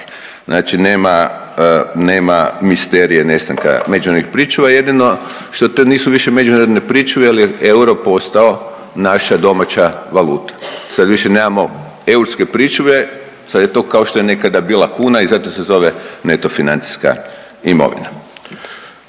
nema, nema misterije nestanka međunarodnih pričuva jedino što to više nisu međunarodne pričuve jer je euro postao naša valuta. Sad više nemamo europske pričuve, sad je to kao što je nekada bila kuna i zato se zove neto financijska imovina.